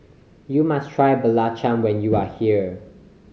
you must try belacan when you are here